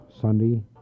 Sunday